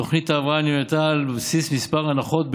תוכנית ההבראה נבנתה על בסיס כמה הנחות,